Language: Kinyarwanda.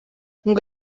ngo